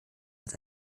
als